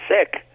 sick